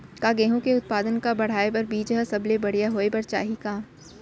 का गेहूँ के उत्पादन का बढ़ाये बर बीज ह सबले बढ़िया होय बर चाही का?